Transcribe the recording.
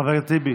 חבר הכנסת טיבי,